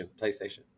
PlayStation